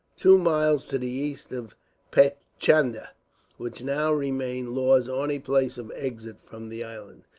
two miles to the east of paichandah, which now remained law's only place of exit from the island.